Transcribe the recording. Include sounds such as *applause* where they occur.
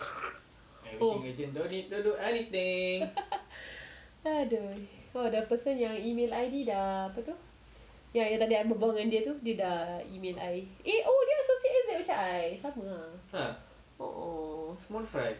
oh *laughs* !aduh! the the the person yang email I ni dah apa tu ya yang tadi I berbual dengan dia tu dia dah email eh oh dia also macam I sama ah a'ah